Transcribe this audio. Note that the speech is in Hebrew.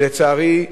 ולצערי,